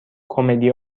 کمدی